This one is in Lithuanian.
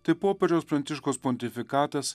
tai popiežiaus pranciškaus pontifikatas